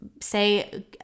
say